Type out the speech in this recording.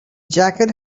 jacket